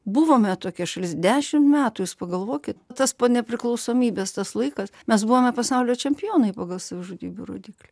buvome tokia šalis dešimt metų jūs pagalvokit tas po nepriklausomybės tas laikas mes buvome pasaulio čempionai pagal savižudybių rodiklį